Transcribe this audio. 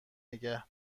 نگه